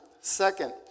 Second